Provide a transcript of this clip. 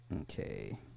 Okay